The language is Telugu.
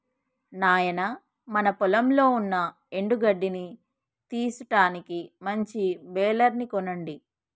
నాయినా మన పొలంలో ఉన్న ఎండు గడ్డిని తీసుటానికి మంచి బెలర్ ని కొనండి